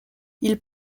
ils